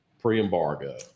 pre-embargo